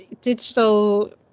digital